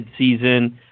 midseason